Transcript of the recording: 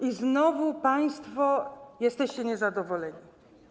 I znowu państwo jesteście niezadowoleni.